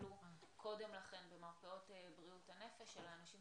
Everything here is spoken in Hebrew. שטופלו קודם לכן במרפאות בריאות הנפש, אלא אנשים